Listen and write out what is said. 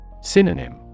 Synonym